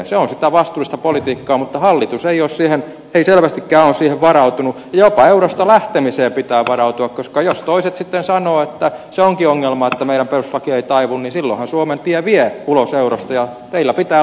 se on sitä vastuullista politiikkaa mutta hallitus ei selvästikään ole siihen varautunut ja jopa eurosta lähtemiseen pitää varautua koska jos toiset sitten sanovat että se onkin ongelma että meidän perustuslaki ei taivu niin silloinhan suomen tie vie ulos eurosta ja teillä pitää olla siihen ratkaisu